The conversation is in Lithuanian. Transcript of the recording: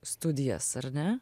studijas ar ne